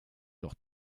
doch